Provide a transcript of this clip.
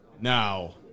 Now